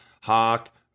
Hawk